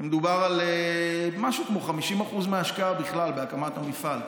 מדובר על משהו כמו 50% מההשקעה בכלל בהקמת המפעל,